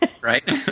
right